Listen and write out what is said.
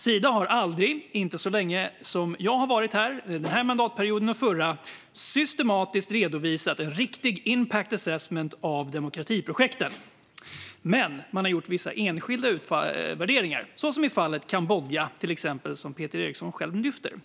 Sida har aldrig, inte så länge som jag har varit här, denna mandatperiod och förra, systematiskt redovisat en riktig impact assessment av demokratiprojektet. Men man har gjort vissa enskilda utvärderingar, till exempel i fallet Kambodja som Peter Eriksson själv lyfter fram.